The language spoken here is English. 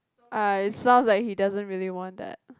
uh it sounds like he doesn't really want that